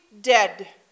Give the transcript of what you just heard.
dead